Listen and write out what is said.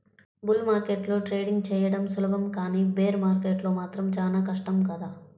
bull మార్కెట్లో trading చెయ్యడం సులభం కానీ బేర్ మార్కెట్లో మాత్రం చానా కష్టం కదా